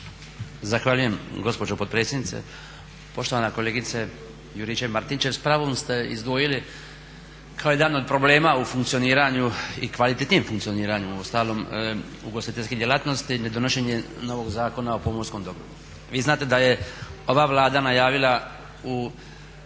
Zahvaljujem gospođo potpredsjednice. Poštovana kolegice Juričev-Martinčev s pravom ste izdvojili kao jedan od problema u funkcioniranju i kvalitetnijem funkcioniranju uostalom ugostiteljskih djelatnosti ne donošenje novog Zakona o pomorskom dobru.